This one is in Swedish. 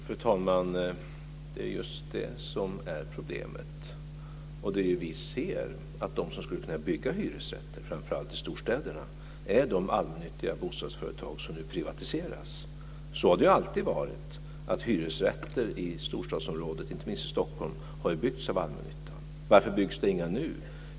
Fru talman! Det är just det som är problemet. Och det vi ser är ju att de som skulle kunna bygga hyresrätter, framför allt i storstäderna, är de allmännyttiga bostadsföretag som nu privatiseras. Hyresrätter i storstadsområden, inte minst i Stockholm, har alltid byggts av allmännyttan. Varför byggs det inga nu?